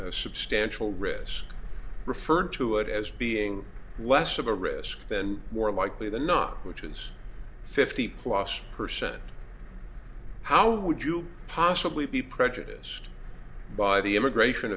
a substantial risk referred to it as being less of a risk than more likely than not which is fifty plus percent how would you possibly be prejudiced by the immigration